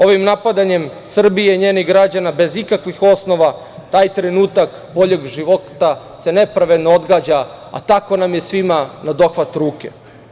Ovim napadanjem Srbije i njenih građana, bez ikakvih osnova, taj trenutak boljeg života se nepravedno odgađa, a tako nam je svima na dohvat ruke.